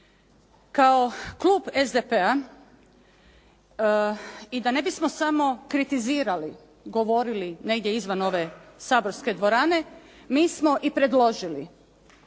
Kao klub SDP-a i da ne bismo samo kritizirali, govorili negdje izvan ove saborske dvorane, mi smo i predložili